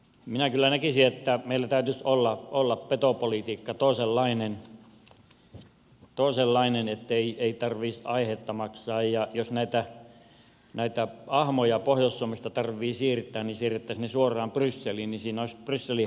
minä kyllä näkisin että meillä täytyisi petopolitiikan olla toisenlainen ettei tarvitsisi aiheetta maksaa ja jos näitä ahmoja pohjois suomesta tarvitsee siirtää niin siirrettäisiin ne suoraan brysseliin siinä olisi brysselin herroillekin sitten katselemista